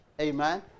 Amen